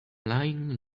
lying